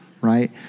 right